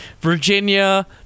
Virginia